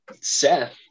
Seth